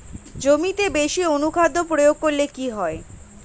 জমিতে বেশি অনুখাদ্য প্রয়োগ করলে কি হয়?